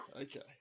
okay